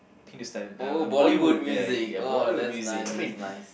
Hindustan uh Bollywood ya ya Bollywood music I mean